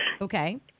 Okay